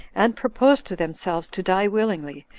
and proposed to themselves to die willingly,